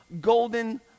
golden